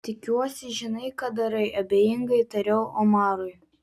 tikiuosi žinai ką darai abejingai tariau omarui